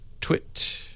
twit